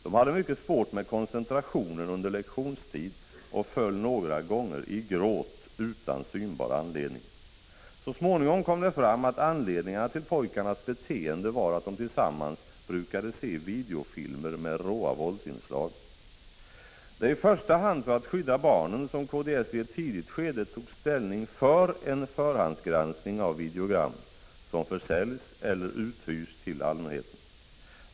De hade mycket svårt med koncentrationen under lektionstid och föll några gånger i gråt, utan synbar anledning. Så småningom kom det fram att anledningen till pojkarnas beteende var att de tillsammans brukade se videofilmer med råa våldsinslag. Det är i första hand för att skydda barnen som kds i ett tidigt skede har tagit ställning för en förhandsgranskning av videogram som försäljs eller uthyrs till allmänheten.